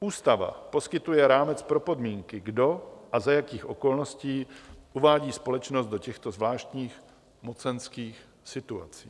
Ústava poskytuje rámec pro podmínky, kdo a za jakých okolností uvádí společnost do těchto zvláštních mocenských situací.